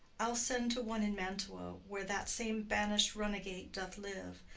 i'll send to one in mantua, where that same banish'd runagate doth live,